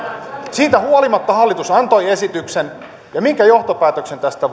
siitä huolimatta hallitus antoi esityksen ja minkä johtopäätöksen tästä